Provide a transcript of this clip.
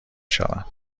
شوم